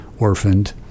orphaned